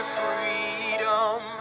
freedom